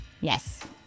Yes